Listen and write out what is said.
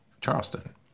Charleston